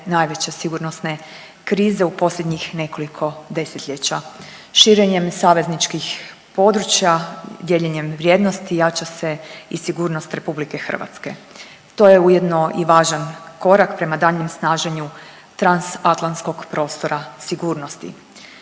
najveće sigurnosne krize u posljednjih nekoliko desetljeća. Širenjem savezničkih područja, dijeljenjem vrijednosti jača se i sigurnost Republike Hrvatske. To je ujedno i važan korak prema daljnjem snaženju transatlanskog prostora sigurnosti.